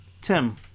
tim